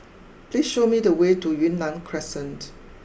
please show me the way to Yunnan Crescent